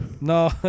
No